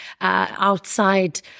outside